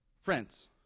friends